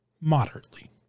moderately